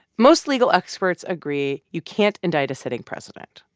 most legal experts agree. you can't indict a sitting president.